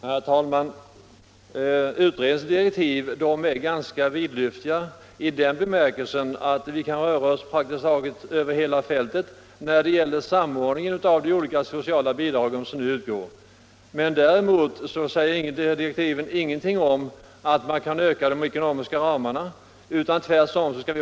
Herr talman! Utredningens direktiv är ganska vidsträckta i den bemärkelsen, att vi skall röra oss över praktiskt taget hela fältet när det gäller samordningen av de olika sociala bidrag som nu utgår. Däremot framgår av direktiven att vi skall hålla oss inom de nuvarande ekonomiska ramarna.